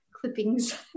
clippings